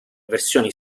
versioni